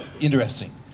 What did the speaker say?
interesting